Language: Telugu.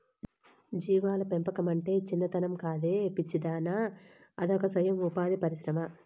జీవాల పెంపకమంటే చిన్నతనం కాదే పిచ్చిదానా అదొక సొయం ఉపాధి పరిశ్రమ